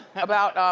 about,